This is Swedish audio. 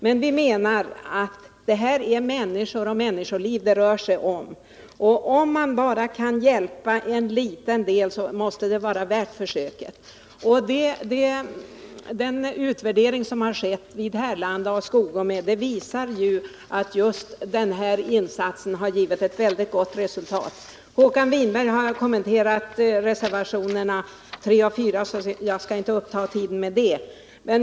Men här rör det sig om människor och människoliv. Om man genom denna åtgärd kan hjälpa bara några människor måste det vara värt försöket. Den utvärdering som skett vid Tillberga och Skogome visar att den här insatsen gett ett mycket gott resultat. Håkan Winberg har kommenterat reservationerna 3 och 4, och jag skall därför inte uppta tiden med det.